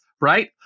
right